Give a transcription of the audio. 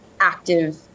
active